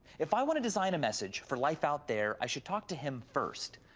if i want to design a message for life out there, i should talk to him first.